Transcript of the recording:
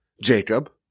Jacob